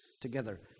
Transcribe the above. together